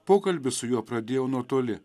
pokalbį su juo pradėjau nuo toli